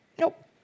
Nope